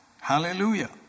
Hallelujah